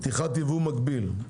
פתיחת ייבוא מקביל.